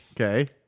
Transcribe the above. Okay